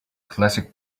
classic